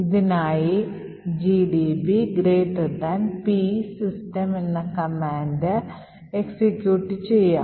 ഇതിനായി gdb p system എന്ന command execute ചെയ്യാം